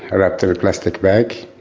wrapped in a plastic bag,